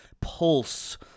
pulse